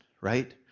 right